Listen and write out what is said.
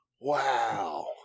Wow